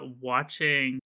watching